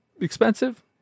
expensive